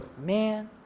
Man